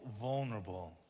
vulnerable